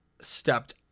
stepped